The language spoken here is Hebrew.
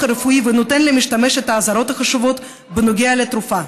הרפואי ונותן למשתמש את האזהרות החשובות בנוגע לתרופה,